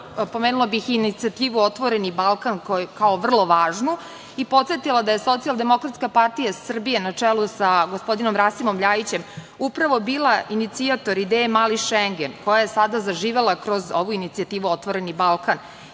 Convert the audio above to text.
pomenula bih inicijativu „Otvoreni Balkan“ kao vrlo važnu i podsetila da je SDPS na čelu sa gospodinom Rasimom Ljajićem upravo bila inicijator ideje „mali Šengen“ koja je sada zaživela kroz ovu inicijativu „Otvoreni Balkan“